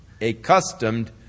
accustomed